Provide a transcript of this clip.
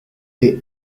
the